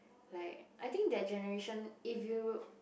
like I think that generation if you